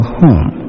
home